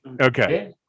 okay